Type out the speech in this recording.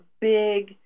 big